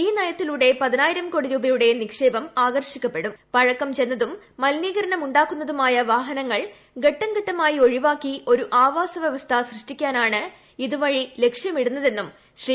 ഈ നയത്തിലൂടെ പതിനായിരം കോടി രൂപയുടെ നിക്ഷേപം ആകർഷിക്കപ്പെടും പഴക്കം ചെന്നതും മലിനീകരണം ഉണ്ടാക്കുന്നതുമായ വാഹനങ്ങൾ ഘട്ടം ഘട്ടമായി ഒഴിവാക്കി ഒരു ആവാസ വ്യവസ്ഥ സൃഷ്ടിക്കാനാണ് ഇതുവഴി ലക്ഷ്യമിടുന്നുത്രൂന്നും ശ്രീ